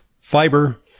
fiber